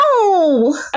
No